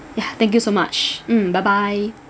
ya thank you so much mm bye bye